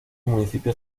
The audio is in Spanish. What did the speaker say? municipio